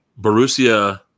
Borussia